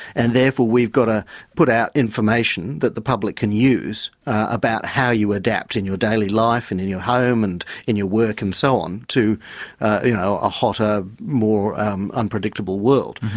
and therefore we've got to put our information that the public can use, about how you adapt in your daily life and your home and in your work and so on, to you know a hotter, more um unpredictable world.